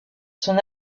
son